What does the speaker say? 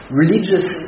religious